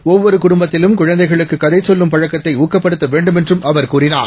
ஒவ்வொருகு டும்பத்திலும்குழந்தைகளுக்குகதைசொல்லும்பழக்கத்தைஊ க்கப்படுத்தவேண்டும்என்றும்அவர்கூறினார்